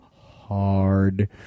hard